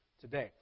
today